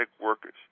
workers